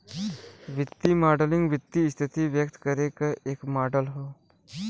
वित्तीय मॉडलिंग वित्तीय स्थिति व्यक्त करे क एक मॉडल हौ